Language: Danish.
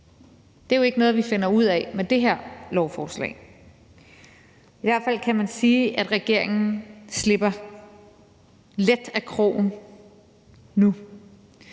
Det er jo ikke noget, vi finder ud af med det her lovforslag. I hvert fald kan man sige, at regeringen slipper let af krogen nu.